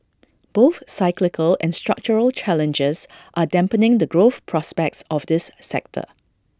both cyclical and structural challenges are dampening the growth prospects of this sector